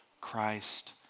Christ